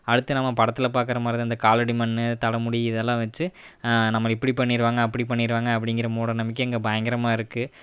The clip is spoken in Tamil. அடுத்து நம்ப படத்தில் பார்க்குறமாரி தான் இந்த காலடிமன்னு தலைமுடி இதெல்லாம் வச்சு நம்மளை இப்படி பண்ணிவிடுவாங்க அப்படி பண்ணிவிடுவாங்க அப்படிங்குற மூடநம்பிக்கை இங்கே பயங்கரமாக இருக்கு